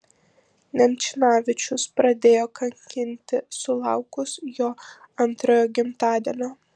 nemčinavičius pradėjo kankinti sulaukus jo antrojo gimtadienio